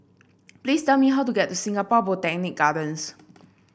please tell me how to get to Singapore Botanic Gardens